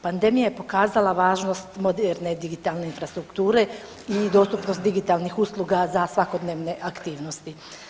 Pandemija je pokazala važnost moderne digitalne infrastrukture i dostupnost digitalnih usluga za svakodnevne aktivnosti.